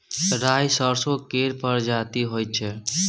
राई सरसो केर परजाती होई छै